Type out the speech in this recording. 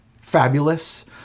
fabulous